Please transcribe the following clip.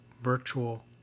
virtual